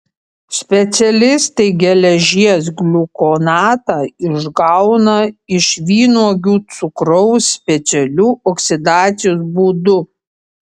specialistai geležies gliukonatą išgauna iš vynuogių cukraus specialiu oksidacijos būdu